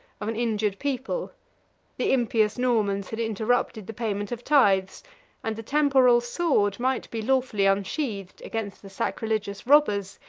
of an injured people the impious normans had interrupted the payment of tithes and the temporal sword might be lawfully unsheathed against the sacrilegious robbers,